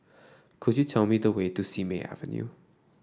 could you tell me the way to Simei Avenue